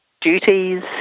duties